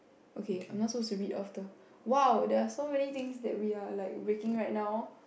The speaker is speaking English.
okay I'm not suppose to read off the !wow! there are so many things that we are like breaking right now